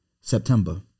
September